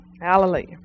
Hallelujah